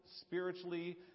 spiritually